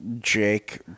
jake